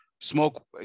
smoke